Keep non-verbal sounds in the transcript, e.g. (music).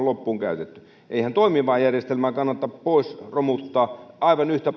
(unintelligible) loppuun käytetty eihän toimivaa järjestelmää kannata pois romuttaa aivan yhtä (unintelligible)